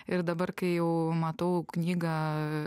ir dabar kai jau matau knygą